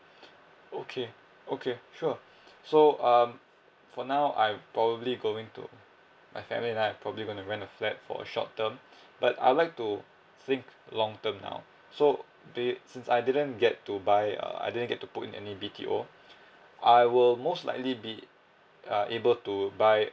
okay okay sure so um for now I probably going to my family and I probably gonna rent a flat for a short term but I'd like to think long term now so be it since I didn't get to buy uh I didn't get to book in any B_T_O I will most likely be uh able to buy